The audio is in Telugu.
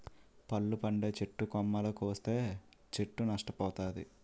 పళ్ళు పండే చెట్టు కొమ్మలు కోస్తే చెట్టు నష్ట పోతాది